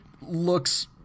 looks